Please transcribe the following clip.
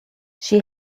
she